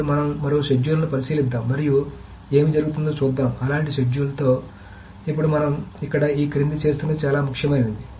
ఇప్పుడు మనం మరో షెడ్యూల్ను పరిశీలిద్దాం మరియు ఏమి జరుగుతుందో చూద్దాం అలాంటి షెడ్యూల్తో ఇప్పుడు మనం ఇక్కడ ఈ క్రింద చేస్తున్నది చాలా ముఖ్యమైనది